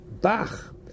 Bach